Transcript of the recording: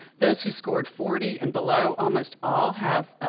those who scored forty and below, almost all have,